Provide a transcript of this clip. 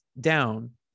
down